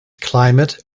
climate